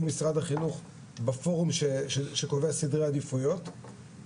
משרד החינוך בפורום שקובע סדרי עדיפויות,